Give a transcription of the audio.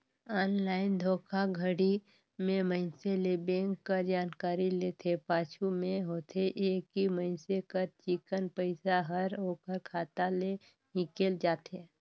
online धोखाघड़ी में मइनसे ले बेंक कर जानकारी लेथे, पाछू में होथे ए कि मइनसे कर चिक्कन पइसा हर ओकर खाता ले हिंकेल जाथे